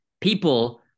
people